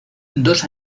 dos